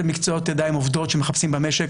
זה מקצועות ידיים עובדות שמחפשים במשק,